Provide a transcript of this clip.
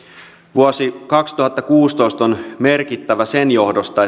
vuosi kaksituhattakuusitoista on merkittävä sen johdosta